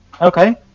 Okay